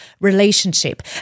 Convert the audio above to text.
relationship